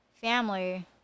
family